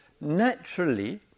naturally